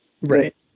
Right